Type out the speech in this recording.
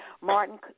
Martin